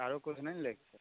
आरो किछु नहि ने लैके छै